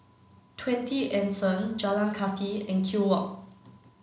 Twenty Anson Jalan Kathi and Kew Walk